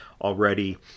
already